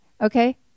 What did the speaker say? Okay